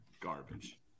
Garbage